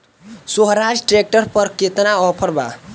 सोहराज tractor पर केतना offer बा?